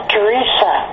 Teresa